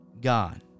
God